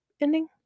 ending